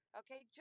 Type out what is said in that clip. okay